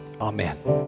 Amen